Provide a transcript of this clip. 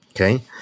Okay